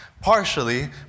partially